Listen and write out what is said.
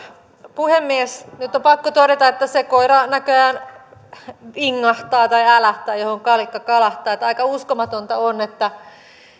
puhemies nyt on pakko todeta että se koira näköjään vingahtaa tai älähtää johon kalikka kalahtaa eli aika uskomatonta on että